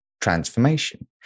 Transformation